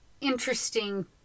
interesting